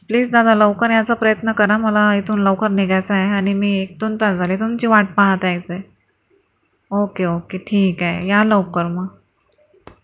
please दादा लवकर यायचा प्रयत्न करा मला इथून लवकर निघायचं हाय आणि मी दोन तास झाले तुमची वाट पाहत आहे इथे ओके ओके ठीक आहे या लवकर मग